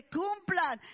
cumplan